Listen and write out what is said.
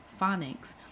phonics